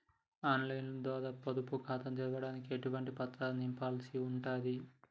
On line ద్వారా పొదుపు ఖాతాను తెరవడానికి ఎటువంటి పత్రాలను నింపాల్సి ఉంటది?